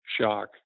shock